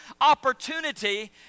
opportunity